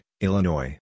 Illinois